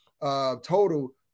total